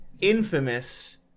infamous